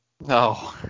No